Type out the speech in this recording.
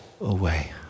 away